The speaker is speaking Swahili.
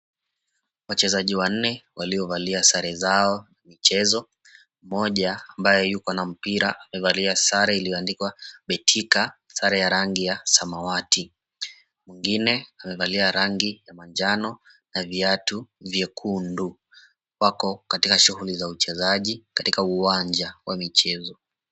Wachezaji wanne waliovalia sare zao za michezo, mmoja ambaye yuko na mpira amevalia sare iliyoandikwa betika sare ya rangi ya samawati, mwingine amevalia ya rangi ya manjano na viatu vyekundu wako katika shughuli za uchezaji katika uwanja wa michezo.